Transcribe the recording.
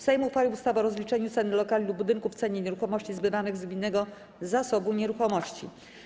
Sejm uchwalił ustawę o rozliczaniu ceny lokali lub budynków w cenie nieruchomości zbywanych z gminnego zasobu nieruchomości.